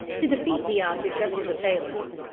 to defeat the object of his assailants.